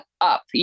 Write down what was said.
up